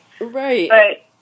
Right